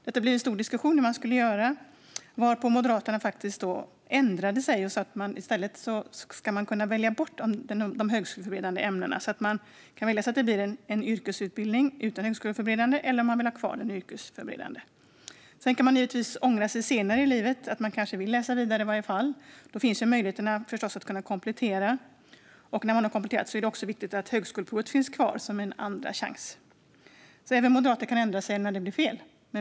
Det blev en stor diskussion om vad som skulle göras, varpå Moderaterna ändrade sig och sa att man i stället ska kunna välja bort de högskoleförberedande ämnena. Man kan välja så att det blir en yrkesutbildning utan de ämnena, eller så kan man ha kvar dem. Sedan kan man givetvis ångra sig senare i livet - man kanske vill läsa vidare i alla fall. Då finns förstås möjligheter att komplettera. När man har gjort det är det viktigt att högskoleprovet finns kvar som en andra chans. Även moderater kan ändra sig när det blir fel.